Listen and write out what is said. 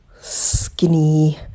skinny